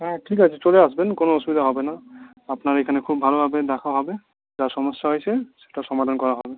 হ্যাঁ ঠিক আছে চলে আসবেন কোন অসুবিধা হবে না আপনার এখানে খুব ভালোভাবে দেখা হবে যা সমস্যা হয়ে সেটা সমাধান করা হবে